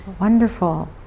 Wonderful